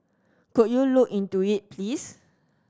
could you look into it please